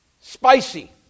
spicy